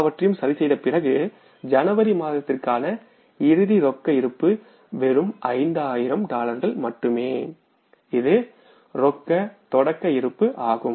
எல்லாவற்றையும் சரிசெய்த பிறகு ஜனவரி மாதத்திற்கான இறுதி ரொக்க இருப்பு வெறும் 5000 டாலர்கள் மட்டுமே இது ரொக்க தொடக்க இருப்பு ஆகும்